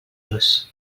ros